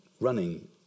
running